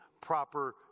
proper